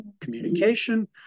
communication